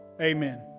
amen